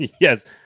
yes